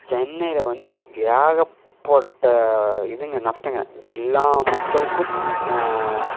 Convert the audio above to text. சென்னையில் வந்து ஏகப்பட்ட இதுங்க நஷ்டங்க எல்லா மக்களுக்கும்